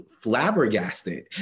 flabbergasted